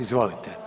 Izvolite.